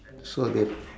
so they